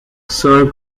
sir